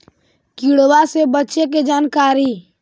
किड़बा से बचे के जानकारी?